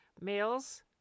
males